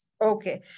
okay